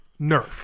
Nerf